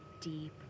deep